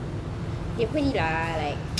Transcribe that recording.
எப்பிடி:epidi lah like